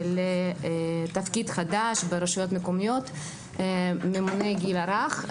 לתפקיד חדש ברשויות המקומיות לגיל הרך,